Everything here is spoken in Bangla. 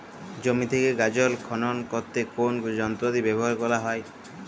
জমি থেকে গাজর খনন করতে কোন যন্ত্রটি ব্যবহার করা হয়?